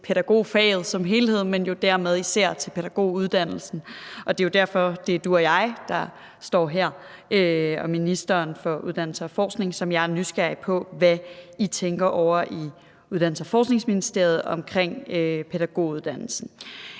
pædagogfaget som helhed, men jo dermed især til pædagoguddannelsen. Det er jo derfor, det er uddannelses- og forskningsministeren og jeg, der står her, og jeg er nysgerrig på, hvad I tænker ovre i Uddannelses- og Forskningsministeriet omkring pædagoguddannelsen.